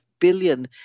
billion